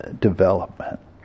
development